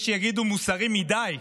יש שיגידו מוסרי מדי,